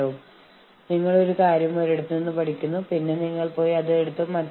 മറുകക്ഷിക്ക് കാര്യങ്ങൾ തുറന്നുപറയാൻ ഇത് എപ്പോഴും സഹായിക്കുന്നു